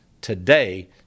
today